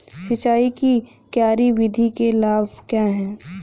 सिंचाई की क्यारी विधि के लाभ क्या हैं?